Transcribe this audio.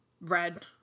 red